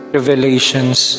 Revelations